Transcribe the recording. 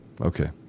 Okay